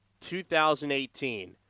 2018